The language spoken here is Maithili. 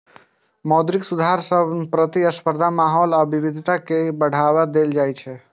मौद्रिक सुधार सं प्रतिस्पर्धी माहौल आ विविधता कें बढ़ावा देल जाइ छै